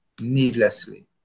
needlessly